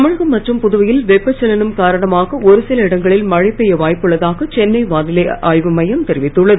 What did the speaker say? தமிழகம் மற்றும் புதுவையில் வெப்பச் சலனம் காரணமாக ஒரு சில இடங்களில் மழை பெய்ய வாய்ப்புள்ளதாக சென்னை வானிலை ஆய்வு மையம் தெரிவித்துள்ளது